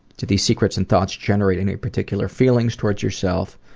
do these secrets and thoughts generate any particular feelings toward yourself?